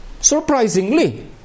surprisingly